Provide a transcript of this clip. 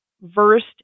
versed